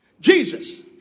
Jesus